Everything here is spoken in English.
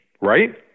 right